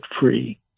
free